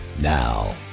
Now